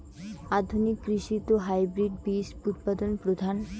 আধুনিক কৃষিত হাইব্রিড বীজ উৎপাদন প্রধান